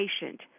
patient